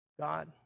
God